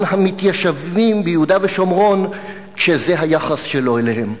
המתיישבים ביהודה ושומרון כשזה היחס שלו אליהם.